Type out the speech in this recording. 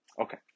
Okay